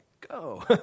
go